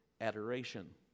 adoration